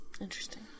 Interesting